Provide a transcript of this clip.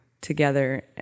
together